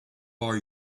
are